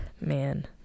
man